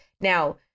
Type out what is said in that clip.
Now